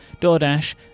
DoorDash